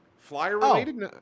Flyer-related